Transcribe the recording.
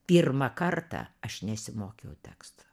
pirmą kartą aš nesimokiau teksto